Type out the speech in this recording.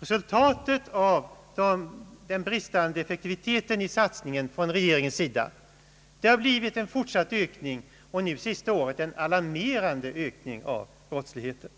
Följden av den bristande effektiviteten i satsningen från regeringens sida har blivit en fortsatt ökning, och nu sista året en alarmerande ökning av brottsligheten.